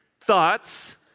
thoughts